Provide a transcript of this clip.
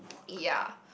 ya